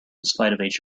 spite